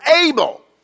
able